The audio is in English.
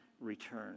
Return